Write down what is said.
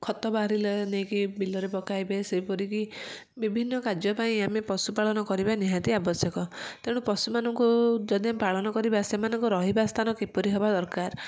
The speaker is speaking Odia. ଖତ ବାହାରିଲେ ନେଇକି ବିଲରେ ପକାଇବେ ସେହିପରି କି ବିଭିନ୍ନ କାର୍ଯ୍ୟ ପାଇଁ ଆମେ ପଶୁପାଳନ କରିବା ନାହାତି ଆବଶ୍ୟକ ତେଣୁ ପଶୁମାନଙ୍କୁ ଯଦି ଆମେ ପାଳନ କରିବା ସେମାନଙ୍କର ରହିବା ସ୍ଥାନ କିପରି ହବା ଦରକାର